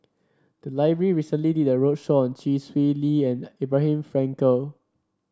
the library recently did a roadshow on Chee Swee Lee and Abraham Frankel